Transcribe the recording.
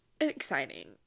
exciting